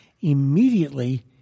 Immediately